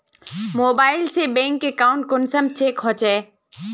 Mobile से bank account कुंसम check होचे?